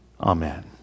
Amen